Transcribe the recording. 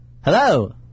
Hello